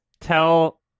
Tell